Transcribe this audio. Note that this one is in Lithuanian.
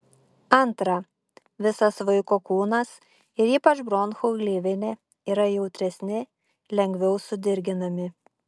antra visas vaiko kūnas ir ypač bronchų gleivinė yra jautresni lengviau sudirginami